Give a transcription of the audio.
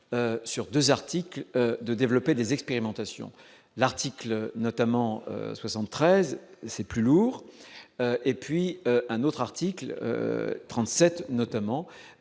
sur 2 articles de développer des expérimentations l'article notamment 73 c'est plus lourd, et puis un autre article 37 notamment,